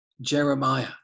Jeremiah